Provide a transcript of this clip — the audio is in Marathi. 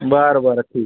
बरं बरं ठीक